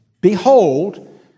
Behold